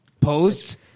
posts